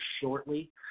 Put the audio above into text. shortly